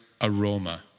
aroma